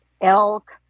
elk